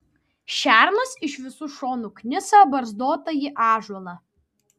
šernas iš visų šonų knisa barzdotąjį ąžuolą